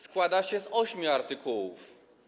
Składa się z ośmiu artykułów.